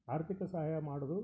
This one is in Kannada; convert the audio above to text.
ಆರ್ಥಿಕ ಸಹಾಯ ಮಾಡಿದ್ರು